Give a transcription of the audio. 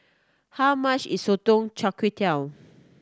how much is sotong char